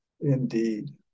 Indeed